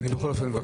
אני מודה לכולם.